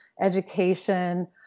education